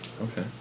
Okay